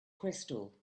crystal